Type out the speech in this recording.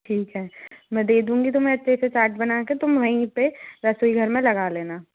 ठीक है मैं दे दूँगी तुम्हे अच्छे से चाट बना कर तुम वहीं पर रसोईघर में लगा लेना